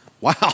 wow